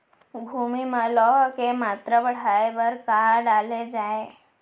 भूमि मा लौह के मात्रा बढ़ाये बर का डाले जाये?